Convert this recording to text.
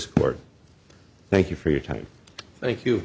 court thank you for your time thank you